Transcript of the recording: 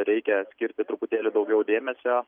reikia skirti truputėlį daugiau dėmesio